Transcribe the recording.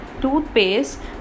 toothpaste